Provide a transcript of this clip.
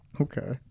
Okay